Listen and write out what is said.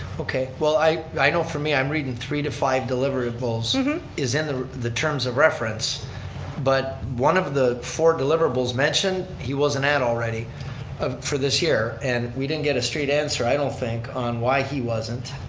okay. well i i know for me, i'm reading three to five deliverables is in the the terms of reference but one of the four deliverables mentioned he wasn't at already for this year and we didn't get a straight answer, i don't think, on why he wasn't.